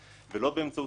ולא באמצעות חת"ל.